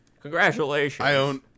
Congratulations